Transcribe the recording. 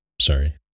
sorry